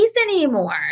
anymore